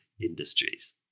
Industries